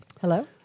Hello